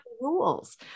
rules